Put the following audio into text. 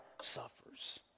suffers